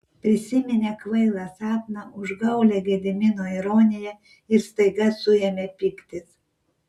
prisiminė kvailą sapną užgaulią gedimino ironiją ir staiga suėmė pyktis